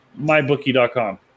mybookie.com